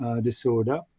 disorder